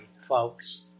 folks